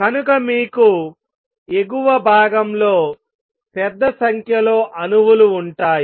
కనుక మీకు ఎగువ భాగంలో పెద్ద సంఖ్యలో అణువులు ఉంటాయి